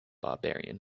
barbarian